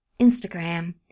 Instagram